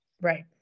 Right